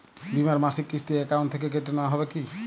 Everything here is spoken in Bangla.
বিমার মাসিক কিস্তি অ্যাকাউন্ট থেকে কেটে নেওয়া হবে কি?